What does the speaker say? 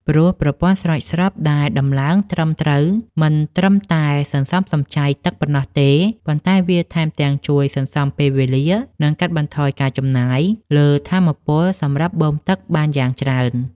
ព្រោះប្រព័ន្ធស្រោចស្រពដែលដំឡើងត្រឹមត្រូវមិនត្រឹមតែសន្សំសំចៃទឹកប៉ុណ្ណោះទេ ប៉ុន្តែវាថែមទាំងជួយសន្សំពេលវេលា និងកាត់បន្ថយការចំណាយលើថាមពលសម្រាប់បូមទឹកបានយ៉ាងច្រើន។